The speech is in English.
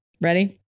ready